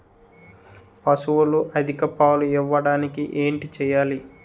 పశువులు అధిక పాలు ఇవ్వడానికి ఏంటి చేయాలి